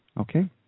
Okay